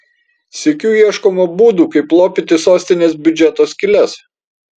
sykiu ieškoma būdų kaip lopyti sostinės biudžeto skyles